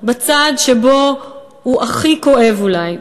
בצעד שהוא הכי כואב אולי,